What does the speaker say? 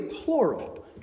plural